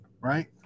Right